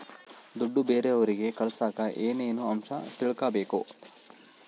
ದುಡ್ಡು ಬೇರೆಯವರಿಗೆ ಕಳಸಾಕ ಏನೇನು ಅಂಶ ತಿಳಕಬೇಕು?